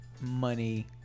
money